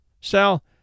Sal